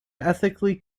ethically